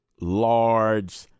large